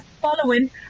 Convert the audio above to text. following